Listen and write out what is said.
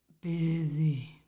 Busy